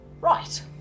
Right